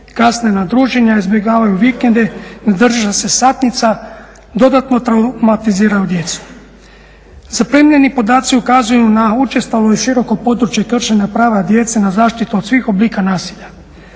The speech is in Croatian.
kasne na druženja, izbjegavaju vikende, ne drže se satnica, dodatno traumatiziraju djecu. Zaprimljeni podaci ukazuju na učestalo i široko područje kršenja prava djece na zaštitu od svih oblika nasilja.